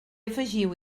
afegiu